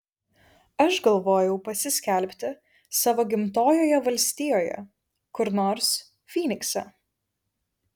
aš galvojau pasiskelbti savo gimtojoje valstijoje kur nors fynikse